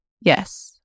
yes